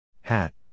Hat